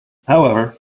however